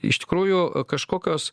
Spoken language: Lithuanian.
iš tikrųjų kažkokios